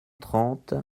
trente